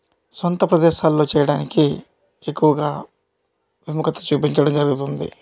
సొంత ప్రదేశాల్లో చేయడానికి ఎక్కువగా విముఖత చూపించడం జరుగుతుంది